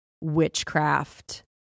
witchcraft